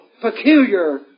peculiar